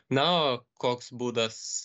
na o koks būdas